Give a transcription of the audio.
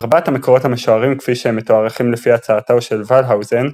ארבעת המקורות המשוערים כפי שהם מתוארכים לפי הצעתו של ולהאוזן,